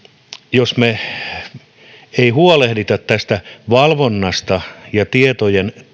jos me emme huolehdi tästä valvonnasta ja tietojen